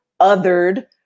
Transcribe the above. othered